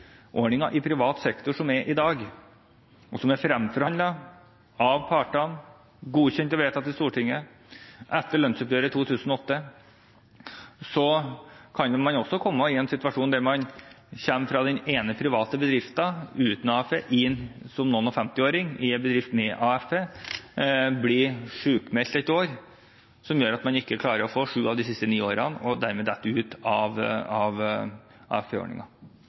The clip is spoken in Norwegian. privat sektor slik den er i dag, som er fremforhandlet av partene, godkjent og vedtatt i Stortinget etter lønnsoppgjøret i 2008. Man kan også komme i en situasjon der man som noenogfemtiåring kommer fra den ene private bedriften uten AFP til en bedrift med AFP og blir sykmeldt et år, noe som gjør at man ikke klarer å få med seg sju av de siste ni årene og dermed faller ut av